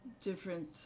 different